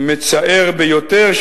"מצער ביותר,